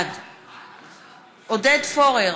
בעד עודד פורר,